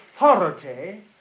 authority